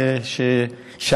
טוב,